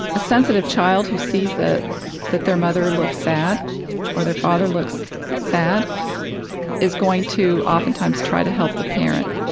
a sensitive child who sees that their mother looks sad or their father looks sad is going to often times try to help the parent,